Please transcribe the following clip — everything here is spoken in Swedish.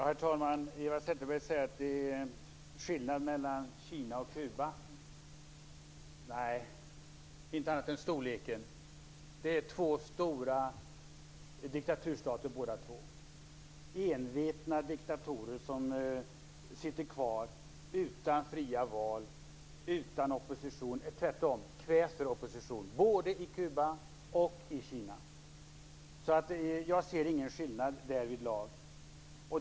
Herr talman! Eva Zetterberg säger att det är skillnad mellan Kina och Kuba - nej, inte annat än storleken. De är stora diktaturstater båda två - envetna diktatorer som sitter kvar utan fria val och kväser oppositionen, både i Kuba och i Kina. Jag ser ingen skillnad därvidlag.